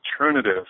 alternative